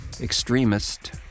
extremist